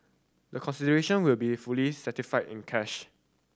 the consideration will be fully satisfied in cash